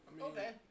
Okay